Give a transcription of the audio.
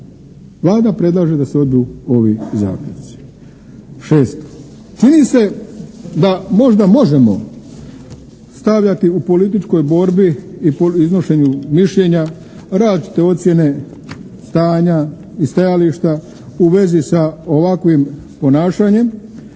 Vlada predlaže da se odbiju ovi zaključci. Šesto, čini se da možda možemo stavljati u političkoj borbi i iznošenju mišljenja različite ocjene stanja i stajališta u vezi sa ovakvim ponašanjem